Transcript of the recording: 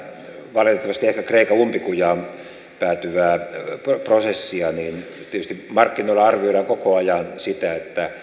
valitettavasti ehkä kreikan umpikujaan päätyvää prosessia markkinoilla tietysti arvioidaan koko ajan sitä